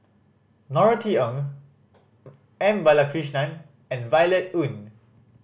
Norothy Ng M Balakrishnan and Violet Oon